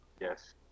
Yes